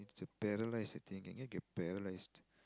it's a paralyse I think can can get paralysed